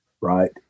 right